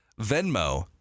Venmo